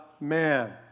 man